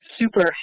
super